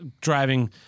driving